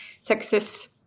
success